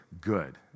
good